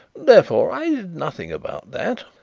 therefore i did nothing about that,